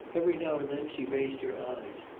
every now and then she raised her eyes,